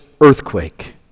earthquake